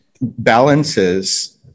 balances